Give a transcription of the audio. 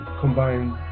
combined